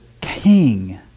king